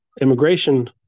immigration